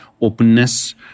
openness